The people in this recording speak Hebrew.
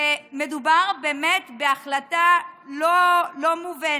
ומדובר באמת בהחלטה לא מובנת.